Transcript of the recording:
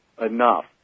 enough